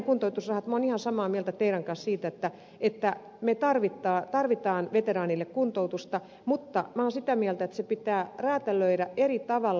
minä olen ihan samaa mieltä teidän kanssanne siitä että me tarvitsemme veteraaneille kuntoutusta mutta minä olen sitä mieltä että se pitää räätälöidä eri tavalla